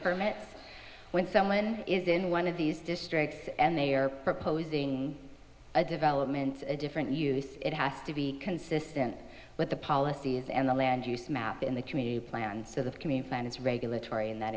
permits when someone is in one of these districts and they are proposing a development a different use it has to be consistent with the policies and the land use map in the community plan so the commute plan is regulatory in that